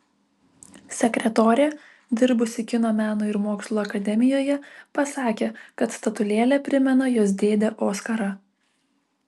sekretorė dirbusi kino meno ir mokslo akademijoje pasakė kad statulėlė primena jos dėdę oskarą